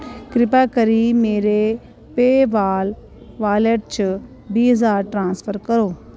कृपा करियै मेरे पेऽ वाल वालेट च बीह् ज्हार ट्रांस्फर करो